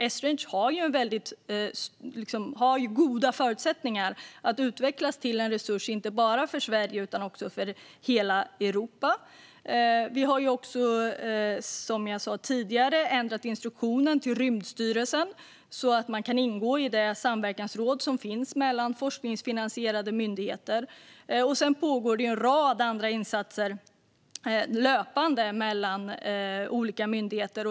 Esrange har goda förutsättningar för att utvecklas till en resurs inte bara för Sverige utan för hela Europa. Som jag också tog upp tidigare har vi ändrat instruktionen till Rymdstyrelsen. Man kan nu ingå i det samverkansråd som finns mellan forskningsfinansierade myndigheter. Löpande pågår dessutom en rad andra insatser mellan olika myndigheter.